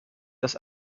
das